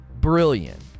brilliant